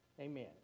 Amen